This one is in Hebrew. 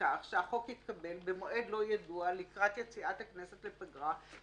שהחוק יתקבל במועד לא ידוע לקראת יציאת הכנסת לפגרה,